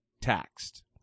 taxed